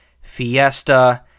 Fiesta